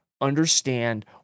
understand